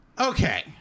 Okay